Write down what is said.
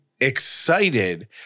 excited